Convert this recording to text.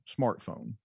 smartphone